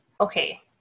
Okay